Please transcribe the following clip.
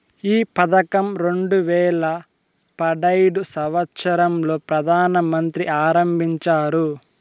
ఈ పథకం రెండు వేల పడైదు సంవచ్చరం లో ప్రధాన మంత్రి ఆరంభించారు